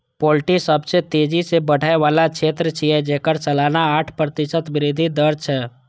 poultry सबसं तेजी सं बढ़ै बला क्षेत्र छियै, जेकर सालाना आठ प्रतिशत वृद्धि दर छै